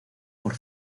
por